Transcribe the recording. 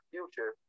Future